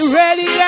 ready